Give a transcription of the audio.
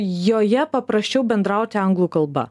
joje paprasčiau bendrauti anglų kalba